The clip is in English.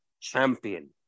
champion